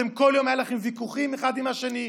כל יום היו לכם ויכוחים אחד עם השני.